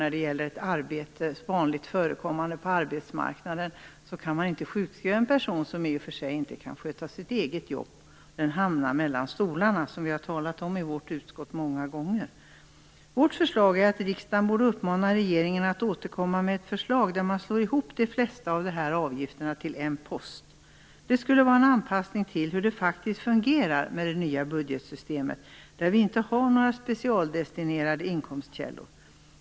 När det gäller ett vanligt förekommande arbete på arbetsmarknaden kan man inte sjukskriva en person som i och för sig inte kan sköta sitt eget jobb. Den personen hamnar mellan stolarna, som vi har talat om i vårt utskott många gånger. Vårt förslag är att riksdagen borde uppmana regeringen att återkomma med ett förslag där man slår ihop de flesta av de här avgifterna till en post. Det skulle vara en anpassning till hur det faktiskt fungerar med det nya budgetsystemet, där vi inte har några specialdestinerade inkomstkällor.